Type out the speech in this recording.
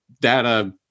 data